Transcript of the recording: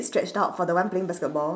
stretched out for the one playing basketball